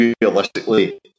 realistically